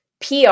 PR